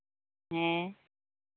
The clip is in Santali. ᱦᱮᱸ